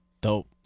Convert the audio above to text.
Dope